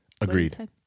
Agreed